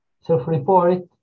self-report